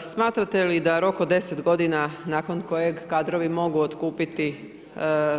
Smatrate li da rok od 10 godina nakon kojeg kadrovi mogu otkupiti